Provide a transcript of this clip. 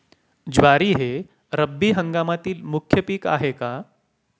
ज्वारी हे रब्बी हंगामातील मुख्य पीक आहे का?